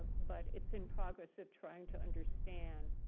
but it's in progress of trying to understand.